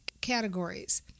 categories